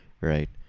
right